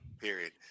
period